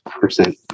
percent